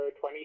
20